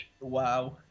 Wow